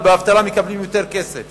וכמובטלים הם מקבלים יותר כסף